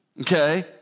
Okay